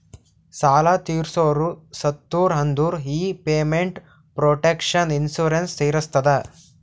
ಸಾಲಾ ತೀರ್ಸೋರು ಸತ್ತುರ್ ಅಂದುರ್ ಈ ಪೇಮೆಂಟ್ ಪ್ರೊಟೆಕ್ಷನ್ ಇನ್ಸೂರೆನ್ಸ್ ತೀರಸ್ತದ